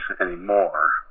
anymore